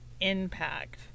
impact